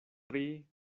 tri